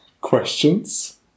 Questions